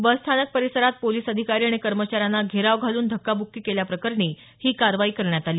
बसस्थानक परिसरात पोलीस अधिकारी आणि कर्मचाऱ्यांना घेराव घालून धक्काब्की केल्याप्रकरणी ही कारवाई करण्यात आली